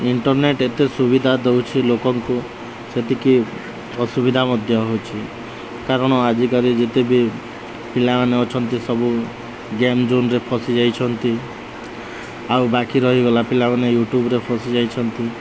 internet ଏତେ ସୁବିଧା ଦଉଛି ଲୋକଙ୍କୁ ସେତିକି ଅସୁବିଧା ମଧ୍ୟ ହଉଛି କାରଣ ଆଜିକାଲି ଯେତେବି ପିଲାମାନେ ଅଛନ୍ତି ସବୁ ଗେମ୍ ଜୋନ୍ରେ ଫସିି ଯାଇଛନ୍ତି ଆଉ ବାକି ରହିଗଲା ପିଲାମାନେ ୟୁଟ୍ୟୁବ୍ରେ ଫସିି ଯାଇଛନ୍ତି